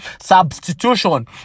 Substitution